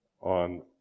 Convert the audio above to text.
on